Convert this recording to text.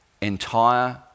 entire